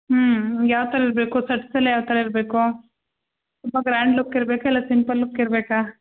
ಹ್ಞೂ ನಿಮ್ಗ ಯಾವ ಥರದ್ದು ಬೇಕು ಸೆಟ್ಸ್ ಎಲ್ಲ ಯಾವ ಥರ ಇರಬೇಕು ತುಂಬಾ ಗ್ರ್ಯಾಂಡ್ ಲುಕ್ ಇರ್ಬೇಕಾ ಇಲ್ಲ ಸಿಂಪಲ್ ಲುಕ್ ಇರ್ಬೇಕಾ